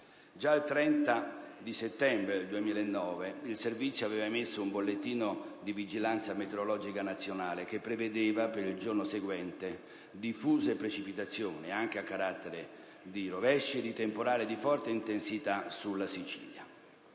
Già il 30 settembre 2009 il Servizio aveva emesso un bollettino di vigilanza meteorologica nazionale, che prevedeva per il giorno seguente diffuse precipitazioni anche a carattere di rovescio e di temporale di forte intensità sulla Sicilia.